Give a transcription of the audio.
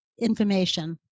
information